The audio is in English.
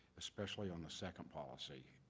especially on the second policy,